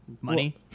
Money